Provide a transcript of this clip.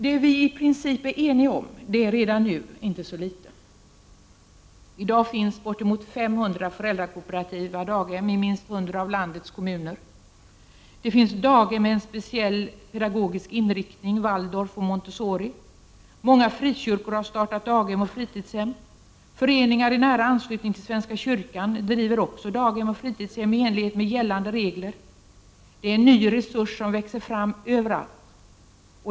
Det vi i princip alltså är eniga om är redan nu inte så litet. I dag finns bortemot 500 föräldrakooperativa daghem i minst 100 av landets kommuner. Det finns daghem med speciell pedagogisk inriktning, Waldorf och Montessori. Många frikyrkor har startat daghem och fritidshem. Föreningar i nära anslutning till svenska kyrkan driver också daghem och fritidshem i enlighet med gällande regler. Det är en ny resurs som växer fram överallt.